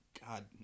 God